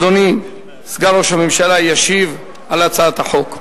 אדוני סגן ראש הממשלה ישיב על הצעת החוק.